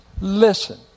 listen